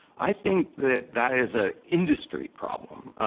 i think that that is a industry problem.